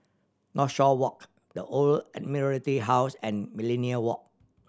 Northshore Walk The Old Admiralty House and Millenia Walk